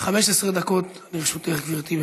דקות לרשותך, גברתי.